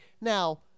Now